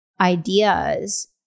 ideas